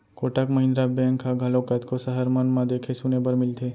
Kotak Mahindra bank ह घलोक कतको सहर मन म देखे सुने बर मिलथे